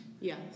Yes